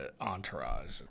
entourage